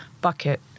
bucket